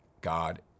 God